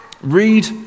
read